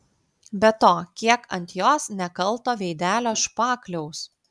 be to kiek ant jos nekalto veidelio špakliaus